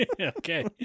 Okay